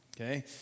okay